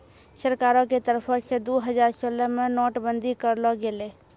सरकारो के तरफो से दु हजार सोलह मे नोट बंदी करलो गेलै